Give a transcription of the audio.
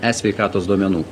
e sveikatos duomenų